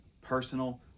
personal